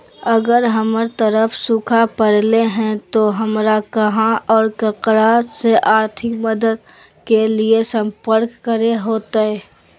अगर हमर तरफ सुखा परले है तो, हमरा कहा और ककरा से आर्थिक मदद के लिए सम्पर्क करे होतय?